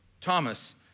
Thomas